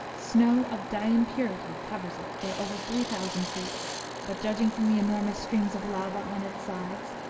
snow of dian purity covers it for over three thousand feet but, judging from the enormous streams of lava on its sides,